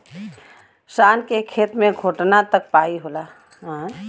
शान के खेत मे घोटना तक पाई होला